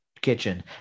kitchen